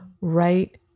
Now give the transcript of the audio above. right